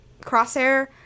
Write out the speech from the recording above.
Crosshair